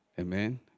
amen